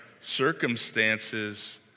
circumstances